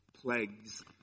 Plagues